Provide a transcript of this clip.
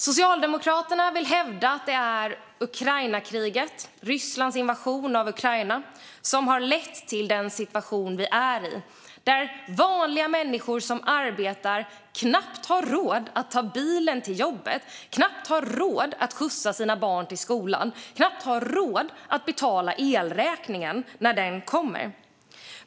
Socialdemokraterna hävdar att det är Ukrainakriget, Rysslands invasion av Ukraina, som har lett till den situation vi befinner oss i, där vanliga människor som arbetar knappt har råd att ta bilen till jobbet, knappt har råd att skjutsa sina barn till skolan eller knappt har råd att betala elräkningen när den kommer.